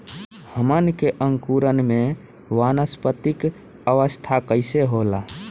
हमन के अंकुरण में वानस्पतिक अवस्था कइसे होला?